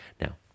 Now